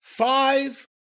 Five